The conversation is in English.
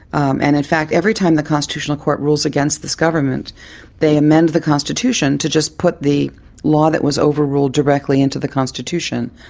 and in fact every time the constitutional court rules against this government they amend the constitution to just put the law that was overruled directly into the constitution.